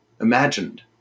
imagined